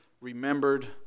remembered